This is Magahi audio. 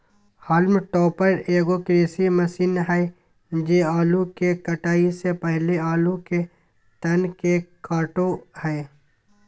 हॉल्म टॉपर एगो कृषि मशीन हइ जे आलू के कटाई से पहले आलू के तन के काटो हइ